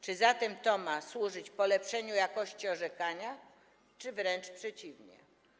Czy zatem to ma służyć polepszeniu jakości orzekania czy wręcz przeciwnie?